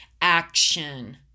action